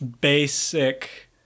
basic